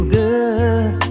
good